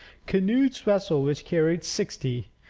canute's vessel, which carried sixty,